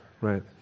right